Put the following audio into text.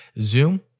Zoom